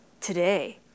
Today